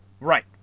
Right